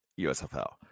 USFL